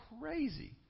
crazy